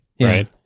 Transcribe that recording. right